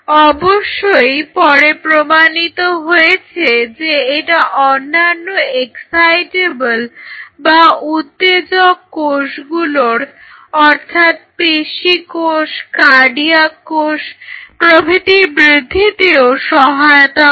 অবশ্যই পরে প্রমাণিত হয়েছে যে এটা অন্যান্য এক্সাইটেবল বা উত্তেজক কোষগুলোর অর্থাৎ পেশী কোষ কার্ডিয়াক কোষ প্রভৃতির বৃদ্ধিতেও সহায়তা করে